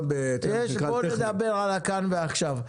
בוא נדבר על כאן ועכשיו.